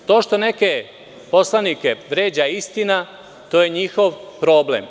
To što neke poslanike vređa istina, to je njihov problem.